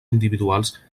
individuals